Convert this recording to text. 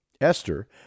Esther